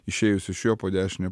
išėjus iš jo po dešine